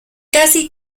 casi